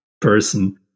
person